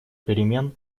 перемен